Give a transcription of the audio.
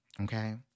Okay